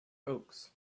oaks